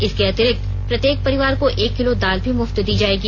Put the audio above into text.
इसके अतिरिक्त प्रत्येक परिवार को एक किलो दाल भी मुफ्त दी जाएगी